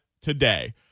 today